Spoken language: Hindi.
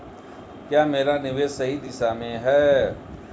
क्या मेरा निवेश सही दिशा में है?